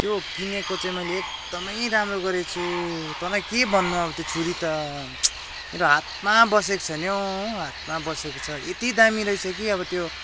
त्यो किनेको चाहिँ मैले एक्दमै राम्रो गरेछु तँलाई के भन्नु अब त्यो छुरी त मेरो हातमा बसेको छ नि हौ हातमा बसेको छ यती दामी रहेछ कि अब त्यो